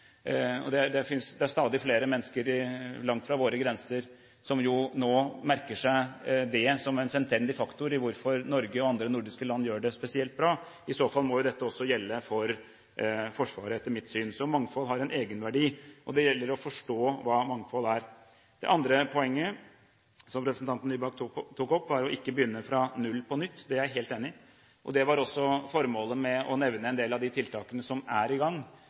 det gjelder likestilling. Det er stadig flere mennesker langt fra våre grenser som nå merker seg dette som en selvstendig faktor når det gjelder hvorfor Norge og andre nordiske land gjør det spesielt bra. I så fall må dette også gjelde for Forsvaret, etter mitt syn. Mangfold har en egenverdi, og det gjelder å forstå hva mangfold er. Det andre poenget som representanten Nybakk tok opp, var å ikke begynne på null på nytt. Det er jeg helt enig i. Det var også formålet med å nevne en del av de tiltakene som er i gang.